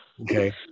okay